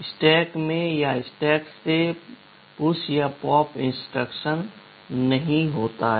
stack में या stack से पुश या पॉप इंस्ट्रक्शन नहीं है